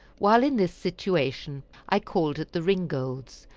while in this situation i called at the ringolds,